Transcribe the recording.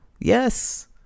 yes